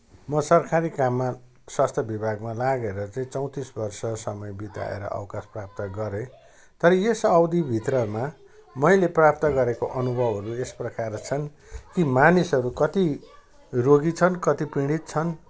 म सरकारी काममा स्वास्थ्य विभागमा लागेर चाहिँ चौतिस वर्ष समय बिताएर अवकाश प्राप्त गरेँ तर यस अवधिभित्रमा मैले प्राप्त गरेका अनुभवहरू यस प्रकार छन् ती मानिसहरू कति रोगी छन् कति पीडित छन्